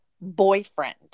boyfriend